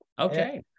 okay